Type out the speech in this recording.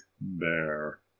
bear